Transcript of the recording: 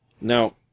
Now